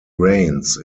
rains